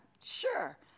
Sure